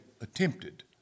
attempted